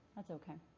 that's ok.